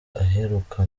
aheruka